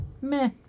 meh